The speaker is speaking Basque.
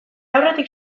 aurretik